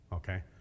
okay